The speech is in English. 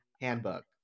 handbook